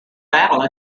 battle